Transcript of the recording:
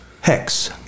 Hex